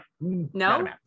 No